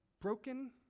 Broken